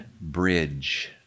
bridge